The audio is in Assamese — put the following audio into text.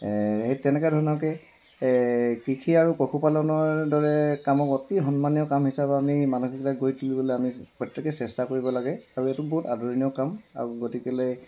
সেই তেনেকা ধৰণৰকে কৃষি আৰু পশুপালনৰ দৰে কামক অতি সন্মানীয় কাম হিচাপে আমি মানসিকভাৱে গঢ়ি তুলিবলৈ আমি প্ৰত্যেকে চেষ্টা কৰিব লাগে আৰু এইটো বহুত আদৰণীয় কাম আৰু গতিকেলে